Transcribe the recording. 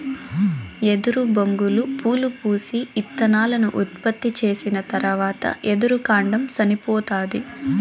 ఎదురు బొంగులు పూలు పూసి, ఇత్తనాలను ఉత్పత్తి చేసిన తరవాత ఎదురు కాండం సనిపోతాది